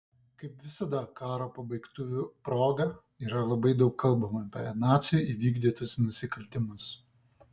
kaip visada karo pabaigtuvių proga yra labai daug kalbama apie nacių įvykdytus nusikaltimus